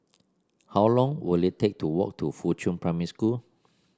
how long will it take to walk to Fuchun Primary School